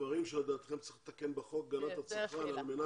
דברים שלדעתכם צריך לתקן בחוק הגנת הצרכן על מנת